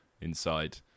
inside